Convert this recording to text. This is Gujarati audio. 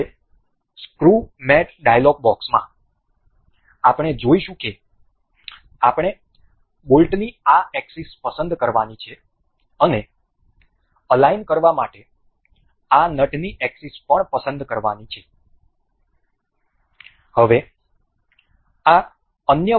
હવે સ્ક્રુ મેટ ડાયલોગ બોક્સમાં આપણે જોઈશું કે આપણે બોલ્ટની આ એક્સિસ પસંદ કરવાની છે અને અલાઈન કરવા માટે આ નટની એક્સિસ પણ પસંદ કરવાની છે